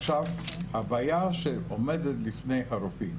עכשיו, הבעיה שעומדת בפני הרופאים